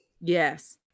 yes